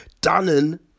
Dunnan